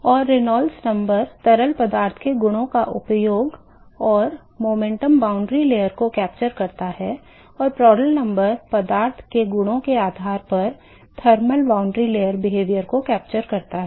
और Reynolds number तरल पदार्थ के गुणों उपयोग और संवेग सीमा परत को कैप्चर करता है और प्रांड्ल नंबर तरल पदार्थ के गुणों के आधार पर थर्मल सीमा परत व्यवहार को कैप्चर करता है